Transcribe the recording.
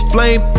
Flame